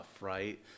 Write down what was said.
Right